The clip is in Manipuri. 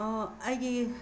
ꯑꯩꯒꯤ